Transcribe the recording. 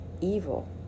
evil